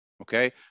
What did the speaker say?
okay